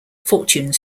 fortune